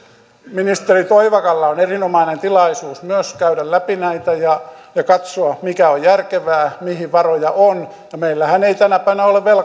ministeri toivakalla on erinomainen tilaisuus myös käydä läpi näitä ja katsoa mikä on järkevää mihin varoja on ja meillähän ei tänä päivänä ole